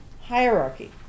hierarchy